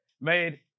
made